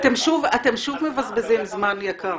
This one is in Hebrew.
אתם שוב מבזבזים זמן יקר.